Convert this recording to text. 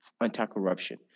anti-corruption